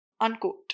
unquote